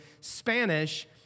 Spanish